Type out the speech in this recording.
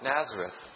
Nazareth